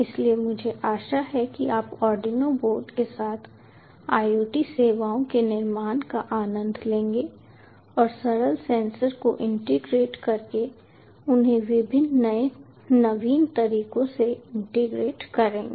इसलिए मुझे आशा है कि आप आर्डिनो बोर्डों के साथ IoT सेवाओं के निर्माण का आनंद लेंगे और सरल सेंसर को इंटीग्रेट करके उन्हें विभिन्न नवीन तरीकों से इंटीग्रेट करेंगे